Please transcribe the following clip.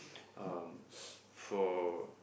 um for